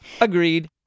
Agreed